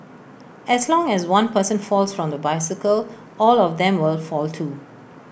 as long as one person falls from the bicycle all of them will fall too